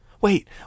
Wait